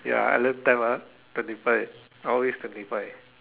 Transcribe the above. ya I learn time ah twenty five always twenty five